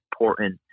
important